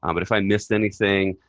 um but if i missed anything,